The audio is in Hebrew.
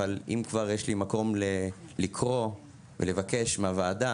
אבל אם כבר יש לי מקום לקרוא ולבקש מהוועדה,